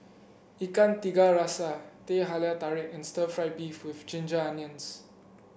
Ikan Tiga Rasa Teh Halia Tarik and Stir Fried Beef with Ginger Onions